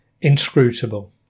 inscrutable